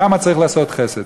כמה צריך לעשות חסד,